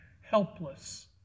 helpless